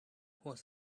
was